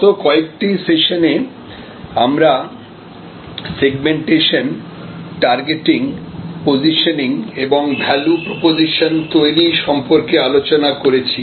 গত কয়েক সেশনে আমরা সেগমেন্টেশন টার্গেটিং পজিশনিং এবং ভ্যালু প্রপজিশন তৈরি সম্পর্কে আলোচনা করেছি